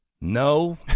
no